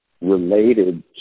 related